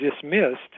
dismissed